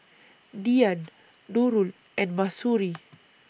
Dian Nurul and Mahsuri